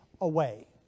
away